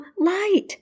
light